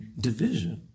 division